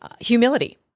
humility